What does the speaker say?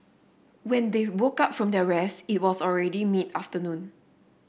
when they woke up from their rest it was already mid afternoon